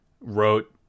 Wrote